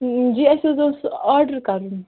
ٹھیٖک جی اَسہِ حظ اوس آرڈَر کَرُن